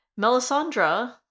Melisandre